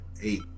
eight